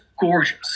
gorgeous